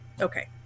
okay